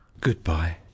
Good-bye